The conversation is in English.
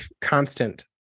constant